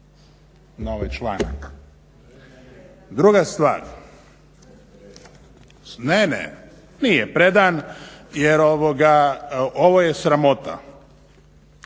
Druga stvar, ne, ne, nije predan, jer ovo je sramota.